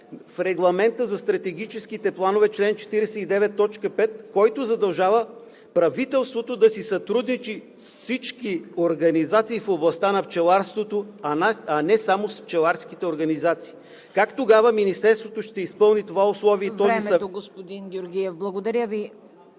в Регламента за стратегическите планове – чл. 49, т. 5, който задължава правителството да си сътрудничи с всички организации в областта на пчеларството, а не само с пчеларските организации. Как тогава Министерството ще изпълни това условие и този… ПРЕДСЕДАТЕЛ